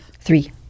Three